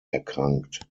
erkrankt